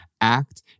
act